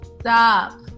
stop